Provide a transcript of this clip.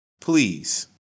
please